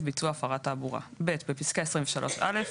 ביצוע הפרת תעבורה"; (ב)בפסקה (23)(א),